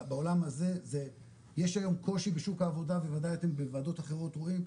בעולם הזה יש היום קושי בשוק העבודה בוודאי אתם בוועדות אחרות רואים,